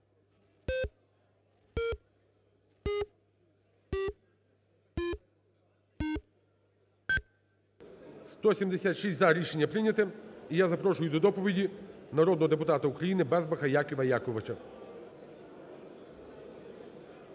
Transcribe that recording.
За-176 Рішення прийнято. І я запрошую до доповіді народного депутата України Безбаха Якова Яковича.